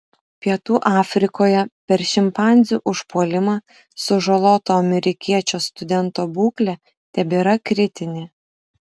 pietų afrikoje per šimpanzių užpuolimą sužaloto amerikiečio studento būklė tebėra kritinė